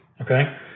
okay